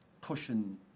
pushing